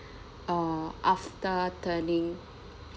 uh after turning